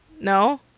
No